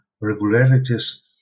regularities